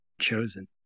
chosen